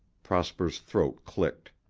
prosper's throat clicked.